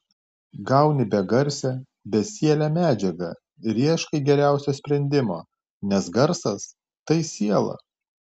gauni begarsę besielę medžiagą ir ieškai geriausio sprendimo nes garsas tai siela